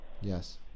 Yes